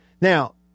Now